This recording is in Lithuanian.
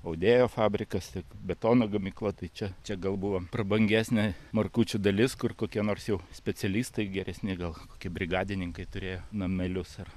audėjo fabrikas tiek betono gamykla tai čia čia gal buvo prabangesnė markučių dalis kur kokie nors jau specialistai geresni gal kokie brigadininkai turėjo namelius ar